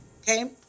Okay